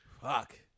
Fuck